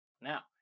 Now